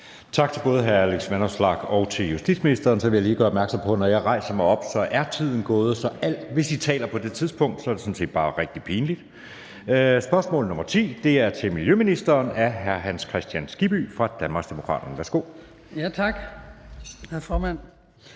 Tak til både hr. Alex Vanopslagh og til justitsministeren. Jeg vil lige gøre opmærksom på, at når jeg rejser mig op, så er tiden gået, så hvis I taler på det tidspunkt, er det sådan set bare rigtig pinligt. Spørgsmål nr. 10 er til miljøministeren af hr. Hans Kristian Skibby fra Danmarksdemokraterne. Kl. 14:01 Spm. nr.